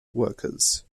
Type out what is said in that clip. workers